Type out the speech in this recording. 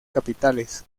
capitales